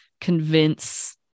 convince